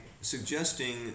suggesting